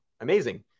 amazing